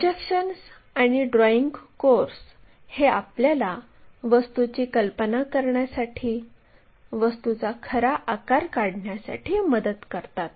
projections आणि drawing course हे आपल्याला वस्तूची कल्पना करण्यासाठी वस्तूचा खरा आकार काढण्यासाठी मदत करतात